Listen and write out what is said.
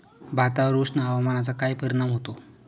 भातावर उष्ण हवामानाचा काय परिणाम होतो?